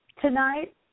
Tonight